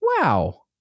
Wow